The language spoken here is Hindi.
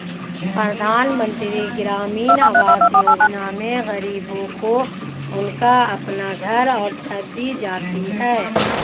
प्रधानमंत्री ग्रामीण आवास योजना में गरीबों को उनका अपना घर और छत दी जाती है